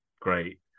great